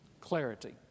Clarity